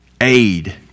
aid